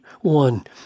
One